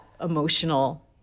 emotional